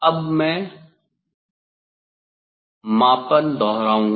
अब मैं मापन दोहराऊंगा